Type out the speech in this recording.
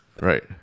Right